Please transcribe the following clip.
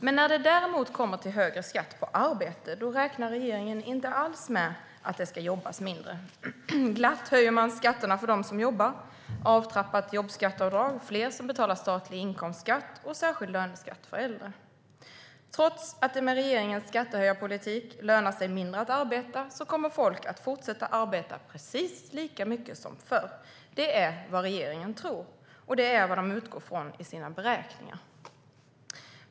Men när det däremot kommer till högre skatt på arbete räknar regeringen inte alls med att det ska jobbas mindre. Glatt höjer man skatterna för dem som jobbar: avtrappat jobbskatteavdrag, fler som betalar statlig inkomstskatt och särskild löneskatt för äldre. Trots att det med regeringens skattehöjarpolitik lönar sig mindre att arbeta kommer folk att fortsätta att arbeta precis lika mycket som förr. Det är vad regeringen tror. Och det är vad de utgår från i sina beräkningar.